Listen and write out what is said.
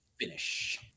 finish